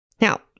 Now